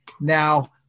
Now